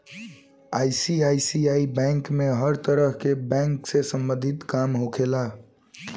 ICICI bank में हर तरह के बैंक से सम्बंधित काम होखेला